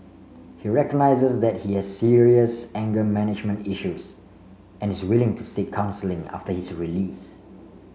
he recognises that he has serious anger management issues and is willing to seek counselling after his release